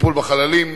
טיפול בחללים,